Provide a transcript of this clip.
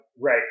Right